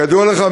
כידוע לך,